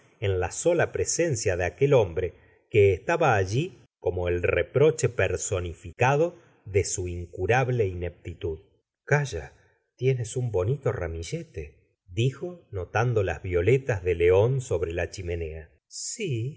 en la sola presencia de aquel hombre que estaba alli como el reproche personificado de su incurable ineptitud calla tienes un bonito ramillete dijo notando las violetas de león sobre la chimenea sí